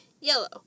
yellow